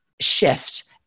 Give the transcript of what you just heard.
shift